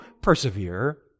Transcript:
persevere